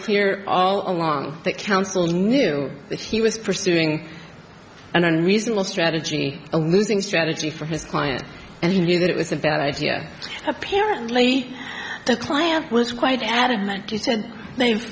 clear all along that counsel knew that he was pursuing and reasonable strategy a losing strategy for his client and he knew that it was a bad idea apparently the client was quite adamant they've